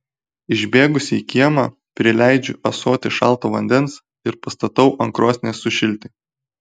išbėgusi į kiemą prileidžiu ąsotį šalto vandens ir pastatau ant krosnies sušilti